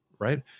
Right